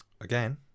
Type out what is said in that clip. Again